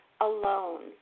alone